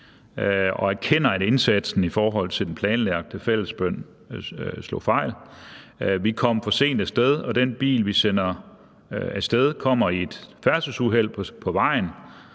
man erkender, at indsatsen i forhold til den planlagte fællesbøn slog fejl: »Vi kom for sent afsted og den bil, vi sender, kommer i et færdselsuheld på vejen.